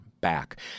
back